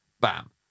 Bam